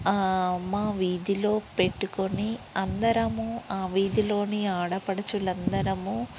మా వీధిలో పెట్టుకొని అందరమూ ఆ వీధిలోని ఆడపడుచులు అందరమూ